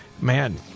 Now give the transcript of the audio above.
Man